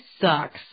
sucks